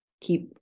keep